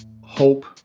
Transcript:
hope